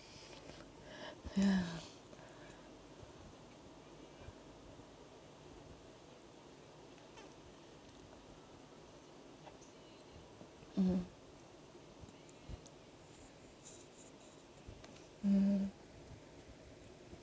ya mm mm